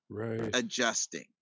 adjusting